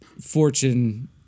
fortune